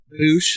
Boosh